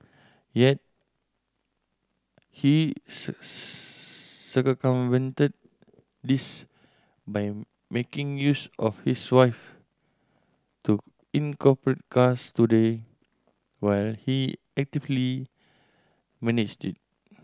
yet he circumvented this by making use of his wife to incorporate Cars Today while he actively managed it